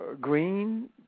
green